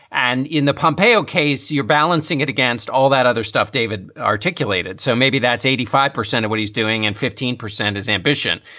and in the pompeo case, you're balancing it against all that other stuff david articulated. so maybe that's eighty five percent of what he's doing and fifteen percent his ambition.